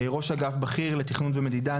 ראש אגף בכיר לתכנון ומדידה,